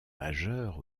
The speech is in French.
majeure